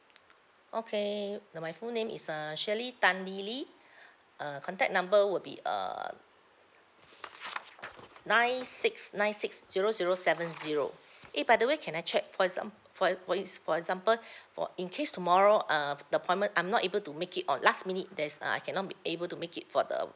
okay uh my full name is uh shirley tan lily uh contact number would be err nine six nine six zero zero seven zero eh by the way can I check first um for e~ for ex~ for example for in case tomorrow uh the appointment I'm not able to make it on last minute there's uh I cannot be able to make it for the